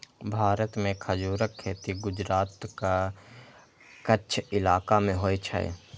भारत मे खजूरक खेती गुजरातक कच्छ इलाका मे होइ छै